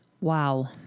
wow